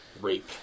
Rape